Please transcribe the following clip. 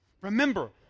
Remember